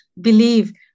Believe